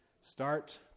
start